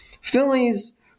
Phillies